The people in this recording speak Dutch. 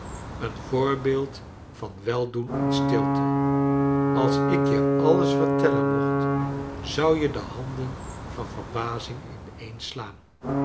een voorbeeld van weldoen in stilte als ik je alles vertellen inocht zou je de handen van verbazing ineen